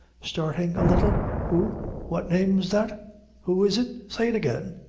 starting a little who what name is that who is it say it again.